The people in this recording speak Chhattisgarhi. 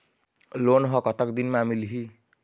लोन ह कतक दिन मा मिलही?